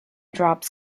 drops